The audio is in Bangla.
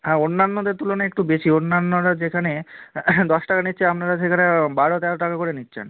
হ্যাঁ অন্যান্যদের তুলনায় একটু বেশি অন্যান্যরা যেখানে দশ টাকা নিচ্ছে আপনারা সেখানে বারো তেরো টাকা করে নিচ্ছেন